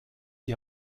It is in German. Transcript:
die